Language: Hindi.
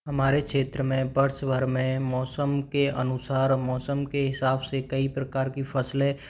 हमारे क्षेत्र में वर्ष भर में मौसम के अनुसार मौसम के हिसाब से कई प्रकार की फ़सलें